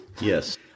Yes